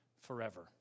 forever